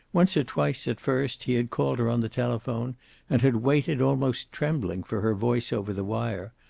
once or twice, at first, he had called her on the telephone and had waited, almost trembling, for her voice over the wire,